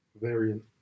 variant